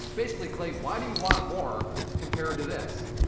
basically, clay, why do you want more compared to this?